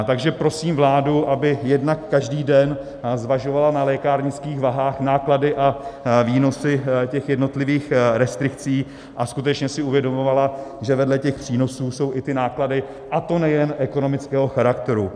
Takže prosím vládu, aby jednak každý den zvažovala na lékárnických váhách náklady a výnosy těch jednotlivých restrikcí a skutečně si uvědomovala, že vedle těch výnosů jsou i ty náklady, a to nejen ekonomického charakteru.